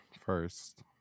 first